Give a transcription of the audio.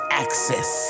access